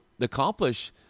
accomplish